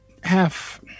half